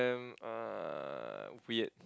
damn uh weird